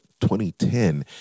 2010